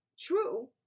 true